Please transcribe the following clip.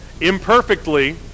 Imperfectly